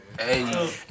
Hey